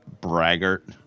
Braggart